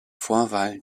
vorwahl